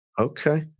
Okay